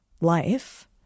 life